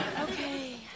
Okay